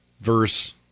verse